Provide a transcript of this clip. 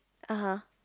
(uh huh)